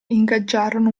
ingaggiarono